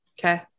Okay